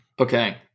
Okay